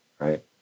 Right